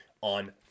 on